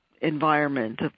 environment